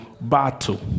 battle